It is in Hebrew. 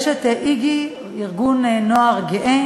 יש "איגי" ארגון נוער גאה